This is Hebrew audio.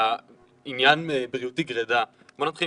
גברתי יושבת